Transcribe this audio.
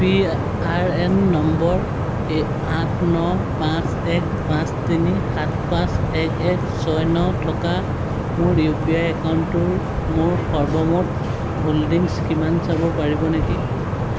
P R N number এই আঠ ন পাঁচ এক পাঁচ তিনি সাত পাঁচ এক এক ছয় ন থকা মোৰ ইউ পি আই একাউণ্টটোৰ মোৰ সৰ্বমুঠ হোল্ডিংছ কিমান চাব পাৰিব নেকি